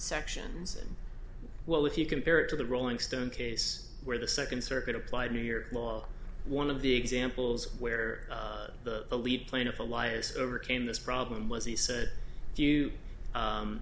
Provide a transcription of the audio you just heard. sections and well if you compare it to the rolling stone case where the second circuit applied new york law one of the examples where the lead plaintiff elias overcame this problem was he said you